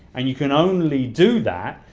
and you can only do that.